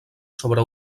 sobre